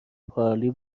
پارلی